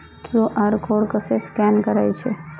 QR code कसे scan करायचे?